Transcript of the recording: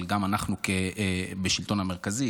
אבל גם אנחנו בשלטון המרכזי,